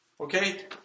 Okay